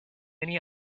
many